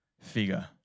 figure